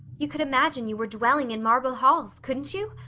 you could imagine you were dwelling in marble halls, couldn't you?